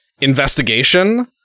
Investigation